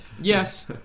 yes